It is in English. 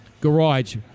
garage